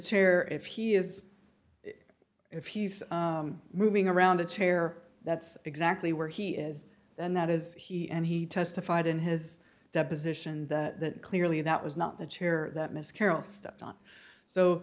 chair if he is if he's moving around a chair that's exactly where he is then that is he and he testified in his deposition that clearly that was not the chair that miss carroll stopped on so